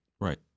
Right